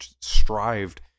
strived